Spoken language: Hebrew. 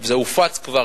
זה כבר